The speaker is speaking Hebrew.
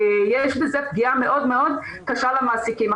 יש בזה פגיעה מאוד מאוד קשה למעסיקים.